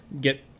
get